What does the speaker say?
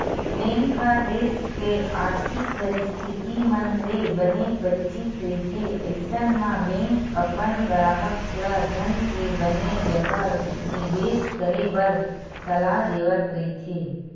bank ह देस के आरथिक परिस्थिति मन ले बने परिचित रहिथे अइसन म बेंक अपन गराहक ल धन के बने जघा निबेस करे बर सलाह देवत रहिथे